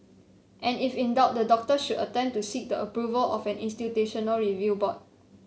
and if in doubt the doctor should attempt to seek the approval of an institutional review board